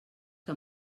que